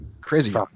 Crazy